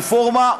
"רפורמה",